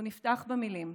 הוא נפתח במילים: